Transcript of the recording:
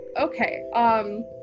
okay